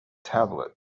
tablet